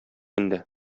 инде